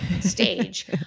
stage